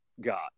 got